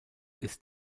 ist